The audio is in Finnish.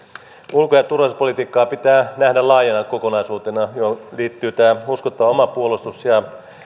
ulko ja turvallisuuspolitiikka pitää nähdä laajana kokonaisuutena johon liittyy tämä uskottava oma puolustus ja